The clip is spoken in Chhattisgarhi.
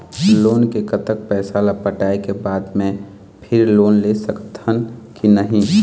लोन के कतक पैसा ला पटाए के बाद मैं फिर लोन ले सकथन कि नहीं?